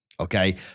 Okay